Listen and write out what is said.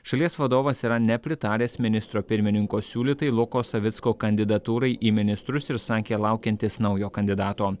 šalies vadovas yra nepritaręs ministro pirmininko siūlytai luko savicko kandidatūrai į ministrus ir sakė laukiantis naujo kandidato